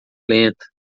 lenta